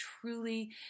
truly